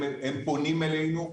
הם פונים אלינו.